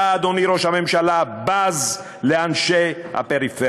אתה, אדוני ראש הממשלה, בז לאנשי הפריפריה.